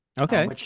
okay